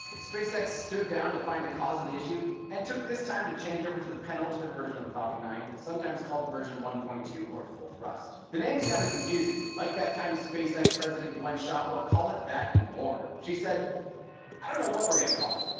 spacex stood down to find the cause of the issue and took this time to change over to the penultimate version of the falcon nine, sometimes called v one point two or full thrust. the name's kind of confusing, like that time spacex president gwynne shotwell called it that and more. she said i don't know what we're going to call it.